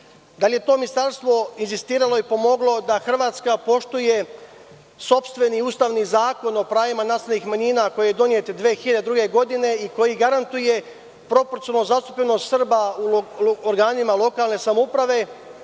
Da li je to ministarstvo insistiralo i pomoglo da Hrvatska poštuje sopstveni ustavni zakon o pravima naseljenih manjina, koji je donet 2002. godine, i koji garantuje proporcionalnu zastupljenost Srba u organima lokalne samouprave